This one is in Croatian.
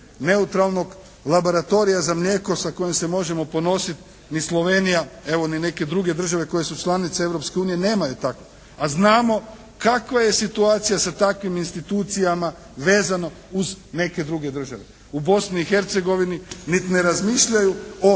neutralnog laboratorija za mlijeko sa kojim se možemo ponositi, ni Slovenija evo ni neke druge države koje su članice Europske unije nemaju tako, a znamo kakva je situacija sa takvim institucijama vezano uz neke druge države. U Bosni i Hercegovini niti ne razmišljaju o